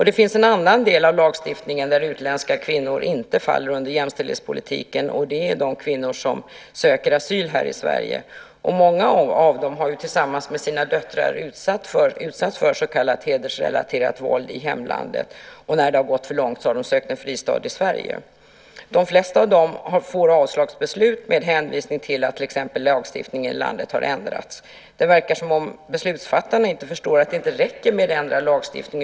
Det finns en annan del av lagstiftningen där utländska kvinnor inte faller under jämställdhetspolitiken. Det gäller de kvinnor som söker asyl i Sverige. Många av dem har tillsammans med sina döttrar utsatts för så kallat hedersrelaterat våld i hemlandet, och när det hela gått för långt har de sökt en fristad i Sverige. De flesta av dem får avslagsbeslut med hänvisning till exempel till att lagstiftningen i landet ändrats. Det verkar som om beslutsfattarna inte förstår att det inte räcker att ändra lagstiftningen.